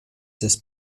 des